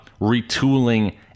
retooling